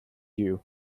you